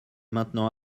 maintenant